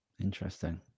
Interesting